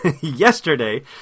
yesterday